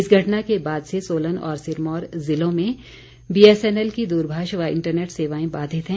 इस घटना के बाद से सोलन और सिरमौर ज़िलों में बीएसएनएल की दूरभाष व इंटरनेट सेवाएं बाधित हैं